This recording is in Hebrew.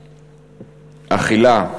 האכילה,